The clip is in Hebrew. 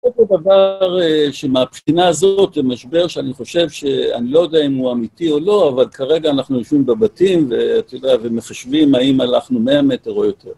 זה דבר שמהבחינה הזאת זה משבר שאני חושב שאני לא יודע אם הוא אמיתי או לא, אבל כרגע אנחנו יושבים בבתים ואתה יודע, ומחשבים האם הלכנו מאה מטר או יותר.